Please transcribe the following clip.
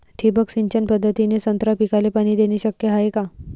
ठिबक सिंचन पद्धतीने संत्रा पिकाले पाणी देणे शक्य हाये का?